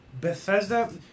Bethesda